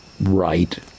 right